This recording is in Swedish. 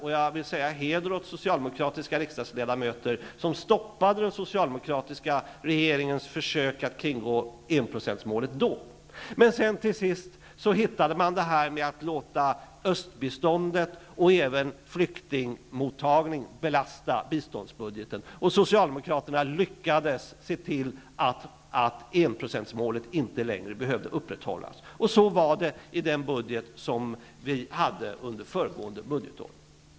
Jag menar att det är till heder för de socialdemokratiska riksdagsledamöterna att de stoppade den socialdemokratiska regeringens försök att då kringgå enprocentsmålet. Men till sist hittade man metoden att låta östbiståndet och även flyktingmottagandet belasta biståndsbudgeten. Socialdemokraterna lyckades se till att enprocentsmålet inte längre behövde upprätthållas. Så var det under föregående budgetår.